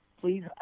please